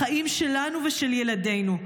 החיים שלנו ושל ילדינו.